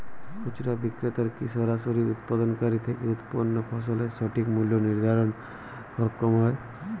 খুচরা বিক্রেতারা কী সরাসরি উৎপাদনকারী থেকে উৎপন্ন ফসলের সঠিক মূল্য নির্ধারণে সক্ষম হয়?